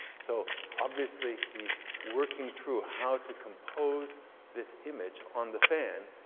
so, obviously, he's working through how to compose this image on the fan.